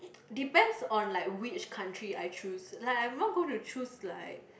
depends on like which country I choose like I'm not going to choose like